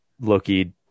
Loki